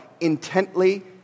intently